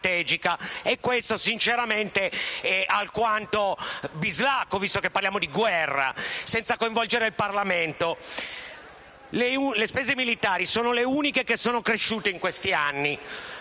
- questo sinceramente è alquanto bislacco, visto che parliamo di guerra - e senza coinvolgere il Parlamento. Le spese militari sono le uniche che sono cresciute in questi anni;